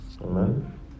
Amen